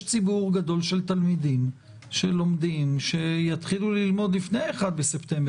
יש ציבור גדול של תלמידים שלומדים שיתחילו ללמוד לפני ה-1 בספטמבר.